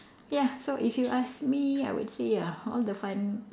ya so if you ask me I would say ya all the fun